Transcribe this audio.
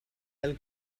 del